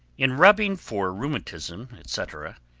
in rubbing for rheumatism, etc,